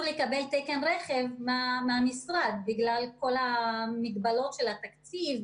לקבל תקן רכב מהמשרד בגלל כל המגבלות של התקציב,